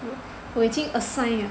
我已经 assign